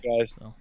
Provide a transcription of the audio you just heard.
guys